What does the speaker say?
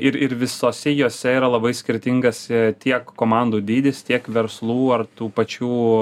ir ir visose jose yra labai skirtingas tiek komandų dydis tiek verslų ar tų pačių